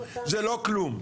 זה לא כלום.